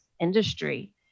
industry